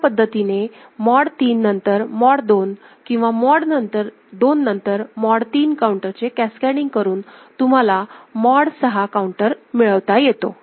अशा पद्धतीने मॉड 3 नंतर मॉड 2 किंवा मॉड 2 नंतर मॉड 3 काउंटरचे कॅस्कॅडींग करून तुम्हाला मॉड 6 काऊंटर मिळवता येतो